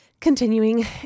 continuing